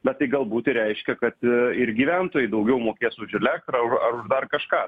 bet tai galbūt ir reiškia kad ir gyventojai daugiau mokės už elektrą ar ar už dar kažką